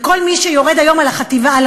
וכל מי שיורד היום על השב"כ,